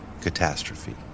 catastrophe